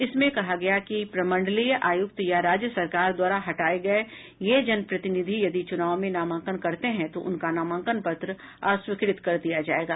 इसमें कहा गया है कि प्रमंडलीय आयुक्त या राज्य सरकार द्वारा हटाये गये ये जनप्रतिनिधि यदि चुनाव में नामांकन करते हैं तो उनका नामांकन पत्र अस्वीकृत कर दिया जायेगा